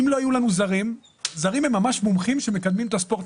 זרים הם ממש מומחים שמקדמים את הספורט.